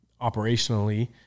operationally